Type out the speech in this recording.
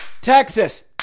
Texas